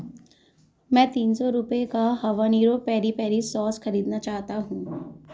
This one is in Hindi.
मैं तीन सौ रुपये का हबानेरो पेरी पेरी सॉस खरीदना चाहता हूँ